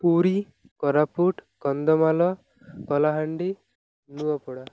Puri Koraput Kandhamal Kalahandi Nuapada